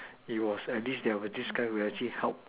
it was at least there was this guy who actually helped